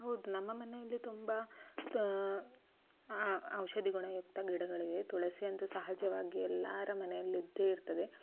ಹೌದು ನಮ್ಮ ಮನೆಯಲ್ಲಿ ತುಂಬ ಔಷಧಿ ಗುಣಯುಕ್ತ ಗಿಡಗಳಿವೆ ತುಳಸಿ ಅಂತೂ ಸಹಜವಾಗಿ ಎಲ್ಲರ ಮನೆಯಲ್ಲಿದ್ದೇ ಇರ್ತದೆ